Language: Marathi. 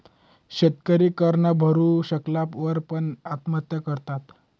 शेतकरी कर न भरू शकल्या वर पण, आत्महत्या करतात